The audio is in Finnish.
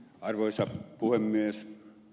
arvoisa puhemies